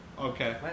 Okay